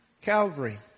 Calvary